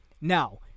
Now